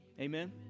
amen